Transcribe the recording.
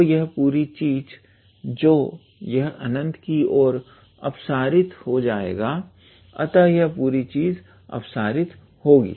तो यह पूरी चीज तो यह अनंत की ओर अपसरित हो जाएगा अतः यह पूरी चीज अपसारी होगी